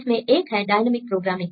इसमें एक है डायनेमिक प्रोग्रामिंग